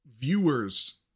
viewers